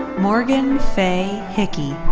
morgan fay hicky.